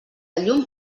llum